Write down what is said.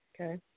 Okay